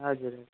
हजुर